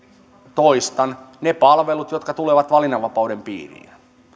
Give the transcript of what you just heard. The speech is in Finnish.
toistan ne palvelut jotka tulevat valinnanvapauden piiriin